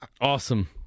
Awesome